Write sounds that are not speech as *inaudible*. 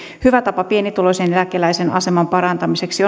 hyviä tapoja pienituloisen eläkeläisen aseman parantamiseksi *unintelligible*